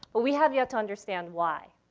but we have yet to understand why.